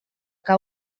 que